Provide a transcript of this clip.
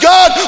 God